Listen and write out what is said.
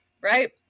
right